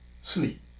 sleep